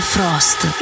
Frost